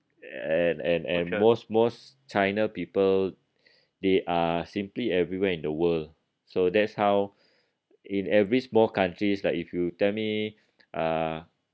and and and most most china people they are simply everywhere in the world so that's how in every small countries like if you tell me uh